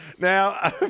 Now